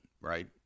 right